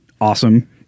awesome